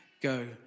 go